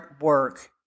work